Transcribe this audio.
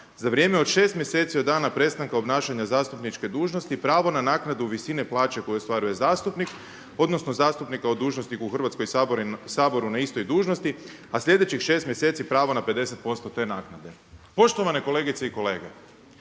za vrijeme od 6 mjeseci od dana prestanka obnašanja zastupničke dužnosti pravo na naknadu visine plaće koju ostvaruje zastupnik odnosno zastupnika o dužnosniku u Hrvatskom saboru na istoj dužnosti a sljedećih 6 mjeseci pravo na 50% te naknade.“. Poštovane kolegice i kolege,